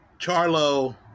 Charlo